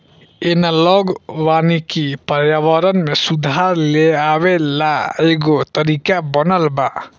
analogue वानिकी पर्यावरण में सुधार लेआवे ला एगो तरीका बनल बा